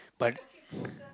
but